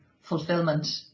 fulfillment